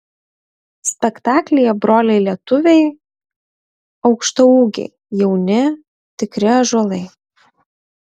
spektaklyje broliai lietuviai aukštaūgiai jauni tikri ąžuolai